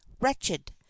wretched